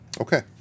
Okay